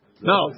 No